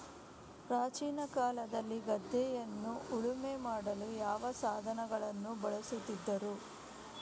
ಪ್ರಾಚೀನ ಕಾಲದಲ್ಲಿ ಗದ್ದೆಯನ್ನು ಉಳುಮೆ ಮಾಡಲು ಯಾವ ಸಾಧನಗಳನ್ನು ಬಳಸುತ್ತಿದ್ದರು?